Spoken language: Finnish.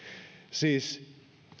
siis